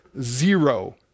zero